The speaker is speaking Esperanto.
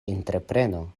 entrepreno